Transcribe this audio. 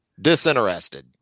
Disinterested